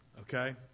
Okay